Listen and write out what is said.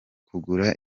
kugura